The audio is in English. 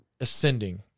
ascending